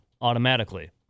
automatically